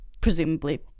presumably